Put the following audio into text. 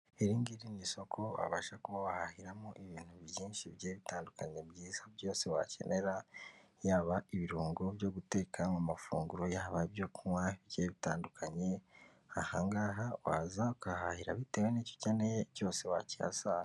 Iri ngiri ni isoko wabasha kuba wahahiramo ibintu byinshi bigiye bitandukanye byiza byose wakenera, yaba ibirungo byo guteka mu mafunguro, yaba ibyo kunywa bigiye bitandukanye, aha ngaha waza ukahahira bitewe n'icyo ukeneye cyose wakihasanga.